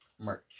Merch